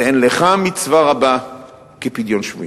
ואין לך מצווה רבה כפדיון שבויים.